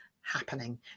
happening